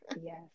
Yes